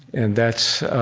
and that's